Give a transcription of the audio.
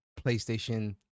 PlayStation